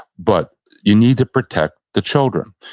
but you need to protect the children.